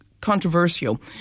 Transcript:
controversial